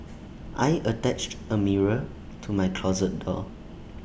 I attached A mirror to my closet door